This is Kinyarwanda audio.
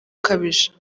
ukabije